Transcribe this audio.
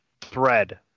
thread